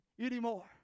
anymore